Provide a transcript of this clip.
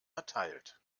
erteilt